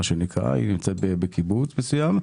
היא נמצאת בקיבוץ מסוים.